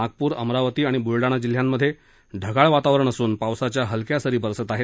नागप्र अमरावती आणि ब्लडाण्या जिल्ह्यांमध्ये ढगाळ वातावरण असून पावसाच्या हलक्या सरी बरसत आहेत